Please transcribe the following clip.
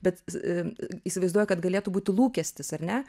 bet įsivaizduoju kad galėtų būti lūkestis ar ne